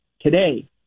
today